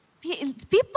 People